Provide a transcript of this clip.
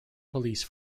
police